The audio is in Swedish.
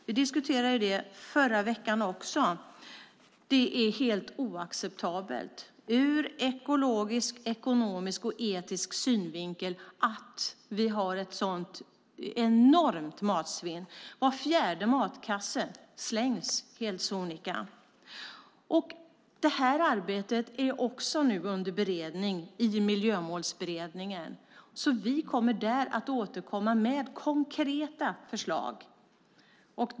Vi diskuterade det förra veckan också. Det är helt oacceptabelt ur ekologisk, ekonomisk och etisk synvinkel att vi har ett så enormt matsvinn. Var fjärde matkasse slängs helt sonika. Arbetet med detta är nu under beredning i Miljömålsberedningen, så vi kommer där att återkomma med konkreta förslag.